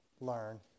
learn